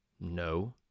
No